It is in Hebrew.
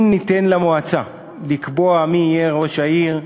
אם ניתן למועצה לקבוע מי יהיה ראש העיר,